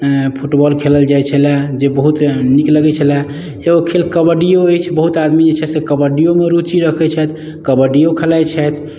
football खेलल जाइत छलए जे बहुत नीक लगैत छलए एगो खेल कबड्डिओ अछि बहुत आदमी जे छथि से कबड्डीमे रुचि रखैत छथि कबड्डिओ खेलाइत छथि